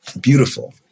beautiful